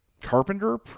Carpenter